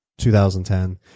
2010